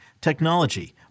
technology